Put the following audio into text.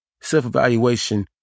self-evaluation